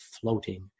floating